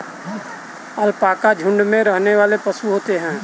alpaca झुण्ड में रहने वाले पशु होते है